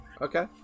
Okay